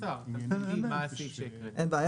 אוקיי,